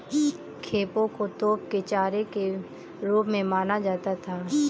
खेपों को तोप के चारे के रूप में माना जाता था